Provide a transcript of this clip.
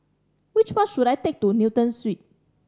which bus should I take to Newton Suites